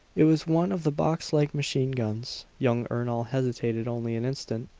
it was one of the boxlike machine guns. young ernol hesitated only an instant.